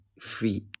free